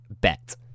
bet